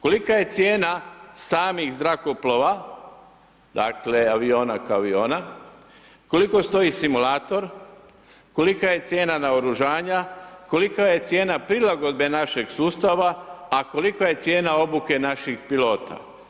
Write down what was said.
Kolika je cijena samih zrakoplova, dakle, aviona kao aviona, koliko stoji simulator, kolika je cijena naoružanja, kolika je cijena prilagodbe našeg sustava, a kolika je cijena obuke naših pilota?